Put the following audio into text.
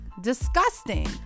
disgusting